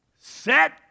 set